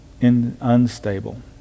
unstable